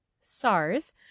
SARS